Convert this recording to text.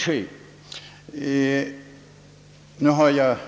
Statsrådet anser emellertid